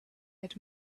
had